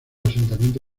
asentamiento